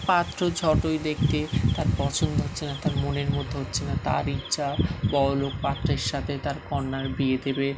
পাত্র যতই দেখছে তার পছন্দ হচ্ছে না তার মনের মতো হচ্ছে না তার ইচ্ছা বড়লোক পাত্রের সাথে তার কন্যার বিয়ে দেবে